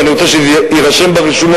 ואני רוצה שזה יירשם ברשומות,